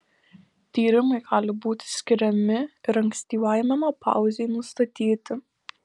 tyrimai gali būti skiriami ir ankstyvai menopauzei nustatyti